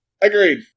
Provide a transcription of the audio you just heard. Agreed